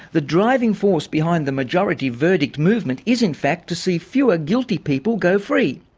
the driving force behind the majority verdict movement is, in fact, to see fewer guilty people go free.